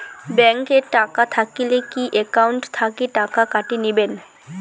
Bank এ টাকা থাকিলে কি একাউন্ট থাকি টাকা কাটি নিবেন?